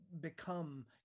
become